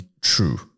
True